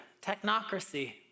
technocracy